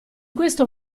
questo